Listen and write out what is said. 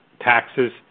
taxes